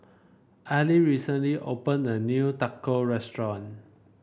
Ally recently opened a new Tacos Restaurant